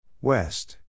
West